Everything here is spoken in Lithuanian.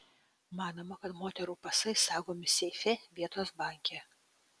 manoma kad moterų pasai saugomi seife vietos banke